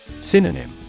Synonym